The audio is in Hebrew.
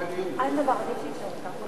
אין דבר, עדיף שיישאר ככה במליאה.